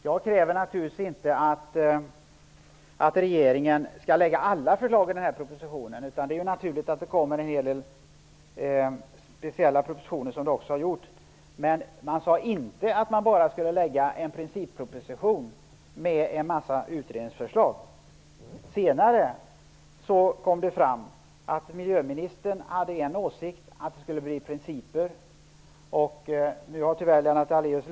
Jag kräver inte att regeringen skall lägga fram alla förslag i den här propositionen, utan det är naturligt att det kommer en hel del speciella propositioner, vilket det också har gjort. Men man sade inte att man bara skulle lägga fram en principproposition med en mängd utredningsförslag. Senare har det kommit fram att miljöministern hade åsikten att propositionen skulle innehålla principer.